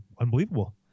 unbelievable